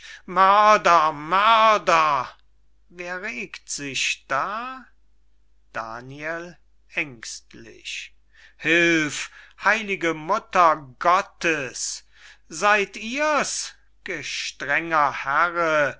wer regt sich da daniel ängstlich hilf heilige mutter gottes seyd ihr's gestrenger herre